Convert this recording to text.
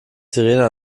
sirene